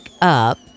up